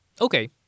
Okay